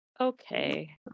okay